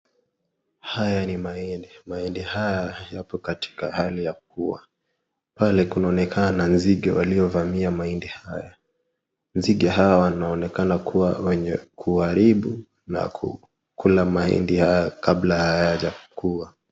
Haya ni mahindi, mahindi haya yapo katika hali ya kua. Pale kunaonekana nzige waliovamia mahindi haya. Nzige hawa wanaonekana kuwa wenye kuharibu ya kukula mahindi haya kabla hayajakua.